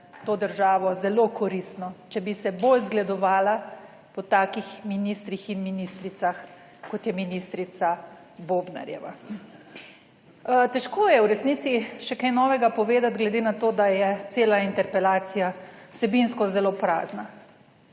to državo zelo koristno, če bi se bolj zgledovala po takih ministrih in ministricah, kot je ministrica Bobnarjeva. Težko je v resnici še kaj novega povedati, glede na to, da je cela interpelacija vsebinsko zelo prazna.